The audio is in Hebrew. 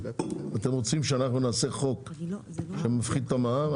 אתם רוצים שאנחנו נעשה חוק שמפחית את המע"מ?